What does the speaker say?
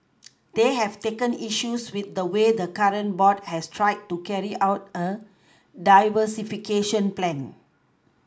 they have taken issues with the way the current board has tried to carry out a diversification plan